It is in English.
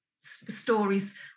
stories